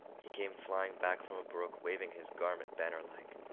he came flying back from a brook waving his garment bannerlike.